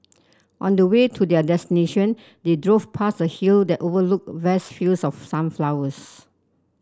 on the way to their destination they drove past a hill that overlooked vast fields of sunflowers